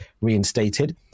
reinstated